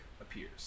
appears